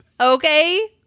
okay